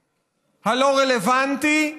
הלא-רלוונטי,